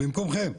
במקומכם,